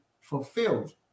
fulfilled